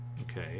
Okay